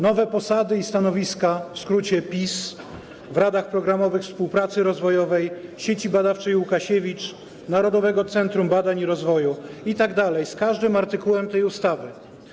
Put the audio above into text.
Nowe posady i stanowiska, w skrócie: PiS, w radach programowych: Współpracy Rozwojowej, Sieci Badawczej Łukasiewicz, Narodowego Centrum Badań i Rozwoju itd. z każdym artykułem tej ustawy.